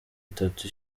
itatu